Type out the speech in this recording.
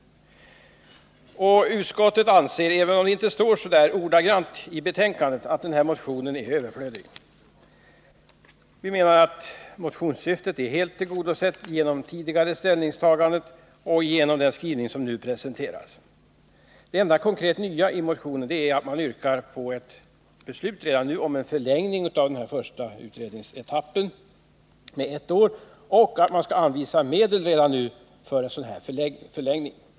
Utskottet anser, även om det inte står ordagrant så i betänkandet, att motionen är överflödig. Motionens syfte är helt tillgodosett genom tidigare ställningstagande och genom den skrivning som nu presenteras. Det enda konkret nya i motionen är att man yrkar på ett beslut redan nu om en förlängning av den första utredningsetappen med ett år och på att det redan nu skall anvisas medel för en sådan förlängning.